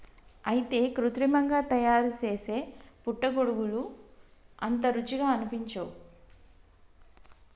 అయితే కృత్రిమంగా తయారుసేసే పుట్టగొడుగులు అంత రుచిగా అనిపించవు